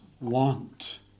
want